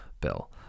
bill